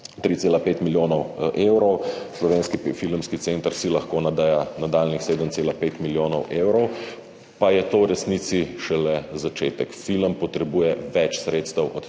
3,5 milijona evrov. Slovenski filmski center si lahko nadeja nadaljnjih 7,5 milijona evrov, pa je to v resnici šele začetek. Film potrebuje več sredstev od